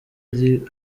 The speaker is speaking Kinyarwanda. iriho